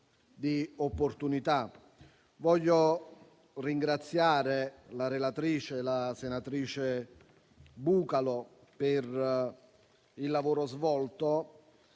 di opportunità. Voglio ringraziare la relatrice, senatrice Bucalo, per il lavoro svolto.